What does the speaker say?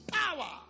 power